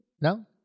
no